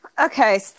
Okay